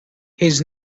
his